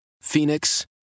Phoenix